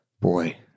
boy